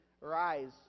rise